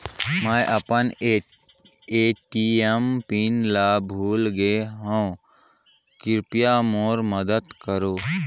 मैं अपन ATM pin ल भुला गे हवों, कृपया मोर मदद करव